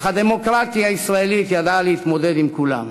אך הדמוקרטיה הישראלית ידעה להתמודד עם כולם.